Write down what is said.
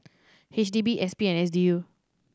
H D B S P and S D U